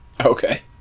okay